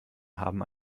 haben